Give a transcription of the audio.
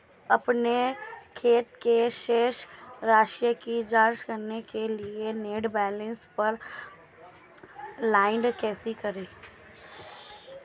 अपने खाते की शेष राशि की जांच करने के लिए नेट बैंकिंग पर लॉगइन कैसे करें?